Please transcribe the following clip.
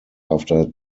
after